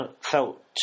felt